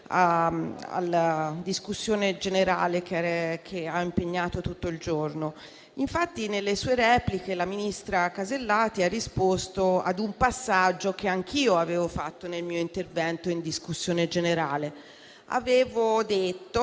alla discussione generale che ci ha impegnato tutto il giorno. Nelle sue repliche la ministra Casellati ha risposto riferendosi a un passaggio che anch'io avevo fatto nel mio intervento in discussione generale. Avevo detto